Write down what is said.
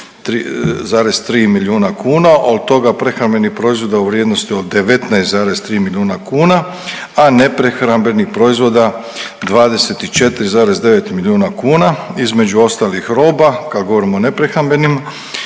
44,3 milijuna kuna, a od toga prehrambenih proizvoda u vrijednosti od 19,3 milijuna kuna, a neprehrambenih proizvoda 24,9 milijuna kuna. Između ostalih roba kad govorimo o neprehrambenim